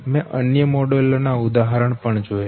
મેં અન્ય મોડેલો ના ઉદાહરણ પણ જોયા